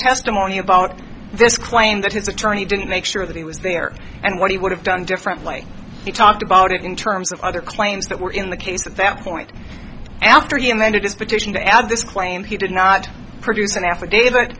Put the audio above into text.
testimony about this claim that his attorney didn't make sure that he was there and what he would have done differently he talked about it in terms of other claims that were in the case at that point and after he invented his petition to add this claim he did not produce an affidavit